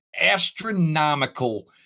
astronomical